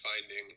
finding